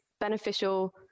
beneficial